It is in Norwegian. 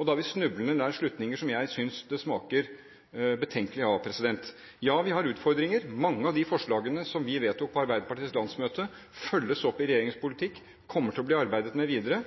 Da er vi snublende nær slutninger som jeg synes det smaker betenkelig av. Ja, vi har utfordringer. Mange av de forslagene som vi vedtok på Arbeiderpartiets landsmøte, følges opp i regjeringens politikk, kommer til å bli arbeidet med videre.